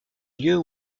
lieux